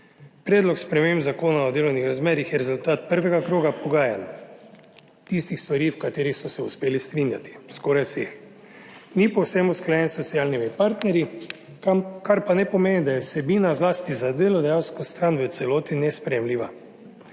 Predlog sprememb Zakona o delovnih razmerjih je rezultat prvega kroga pogajanj, tistih stvari, v katerih so se uspeli strinjati, skoraj vseh. Ni povsem usklajen s socialnimi partnerji, kar pa ne pomeni, da je vsebina zlasti za delodajalsko stran, v celoti nesprejemljiva.